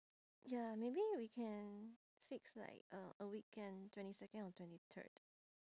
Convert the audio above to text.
ya maybe we can fix like a a weekend twenty second or twenty third